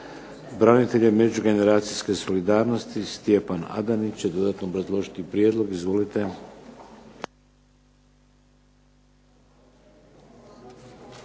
branitelja i međugeneracijske solidarnosti Stjepan Adanić će dodatno obrazložiti prijedlog. Izvolite.